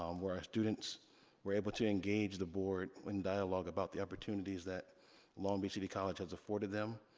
um where our students were able to engage the board in dialog about the opportunities that long beach city college has afforded them.